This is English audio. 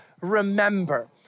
remember